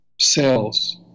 cells